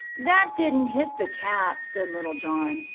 that didn't hit the cap, said little john.